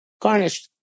garnished